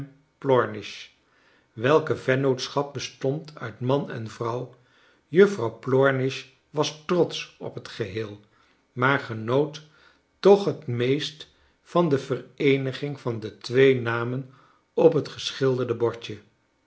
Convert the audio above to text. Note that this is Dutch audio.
plornish welke vennootscliap bestond ui man en vrouw juffrouw plornish was trotsch op het geheel maar genoot toch het meest van de vereeniging van de twee nainen op het geschilderde bordje